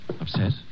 Upset